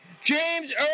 James